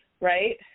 right